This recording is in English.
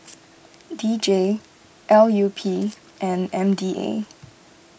D J L U P and M D A